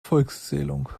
volkszählung